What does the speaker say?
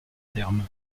terme